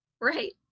Right